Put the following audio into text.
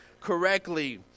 correctly